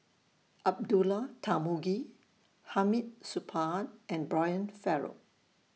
Abdullah Tarmugi Hamid Supaat and Brian Farrell